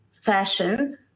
fashion